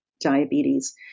diabetes